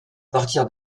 partir